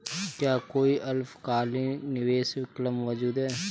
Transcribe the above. क्या कोई अल्पकालिक निवेश विकल्प मौजूद है?